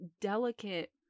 delicate